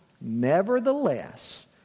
nevertheless